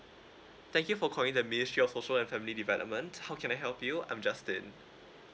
thank you for calling the ministry of social and family development how can I help you I'm justin